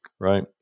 Right